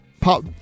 Pop